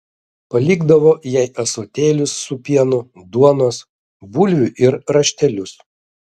palikdavo jai ąsotėlius su pienu duonos bulvių ir raštelius